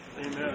Amen